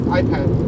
iPad